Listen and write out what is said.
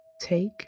take